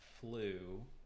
flew